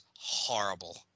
horrible